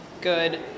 good